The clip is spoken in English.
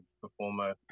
performer